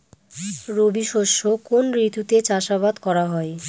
রবি শস্য কোন ঋতুতে চাষাবাদ করা হয়?